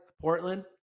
Portland